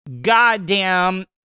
goddamn